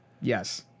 Yes